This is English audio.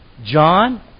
John